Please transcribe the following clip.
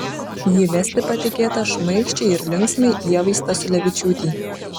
jį vesti patikėta šmaikščiai ir linksmai ievai stasiulevičiūtei